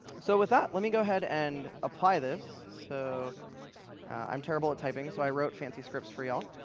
so with that, let me go ahead and apply this. so i'm terrible at typing, so i wrote fancy scripts for you all.